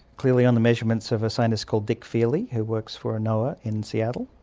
clearly, on the measurements of a scientist called dick feely who works for noaa in seattle.